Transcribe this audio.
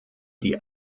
die